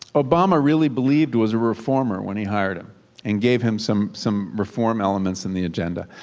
obama really believed was a reformer when he hired him and gave him some some reform elements in the agenda.